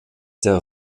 der